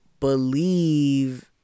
Believe